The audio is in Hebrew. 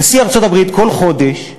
נשיא ארצות-הברית, כל חודש,